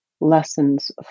lessons